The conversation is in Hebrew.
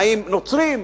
חיים נוצרים,